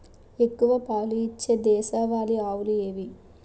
ఎక్కువ పాలు ఇచ్చే దేశవాళీ ఆవులు ఏవి?